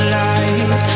life